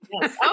Yes